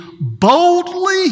boldly